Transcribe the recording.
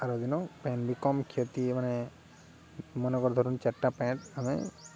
ଆର ଦିନ ପେନ୍ ବି କମ୍ କ୍ଷତି ମାନେ ମନେକର ଧରନ୍ ଚାରିଟା ପ୍ୟାଣ୍ଟ ଆମେ